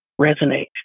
resonate